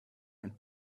and